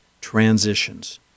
transitions